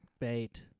Bait